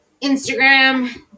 Instagram